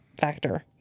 factor